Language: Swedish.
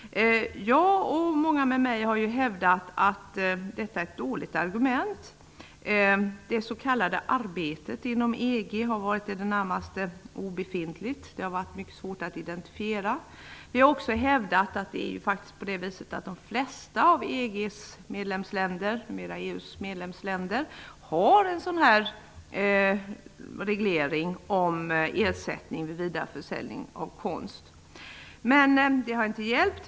Jag, och många med mig, har hävdat att detta är ett dåligt argument. Det s.k. arbetet inom EG har i det närmaste varit obefintligt. Det har varit mycket svårt att identifiera. Vi har också hävdat att det flesta av EG:s, numera EU:s, medlemsländer har en reglering om ersättning vid vidareförsäljning av konst. Men det har inte hjälpt.